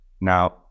now